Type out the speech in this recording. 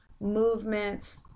movements